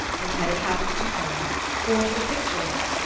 and had it happened to her or to the pictures?